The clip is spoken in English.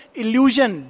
illusion